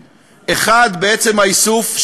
1. בעצם האיסוף,